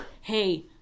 hey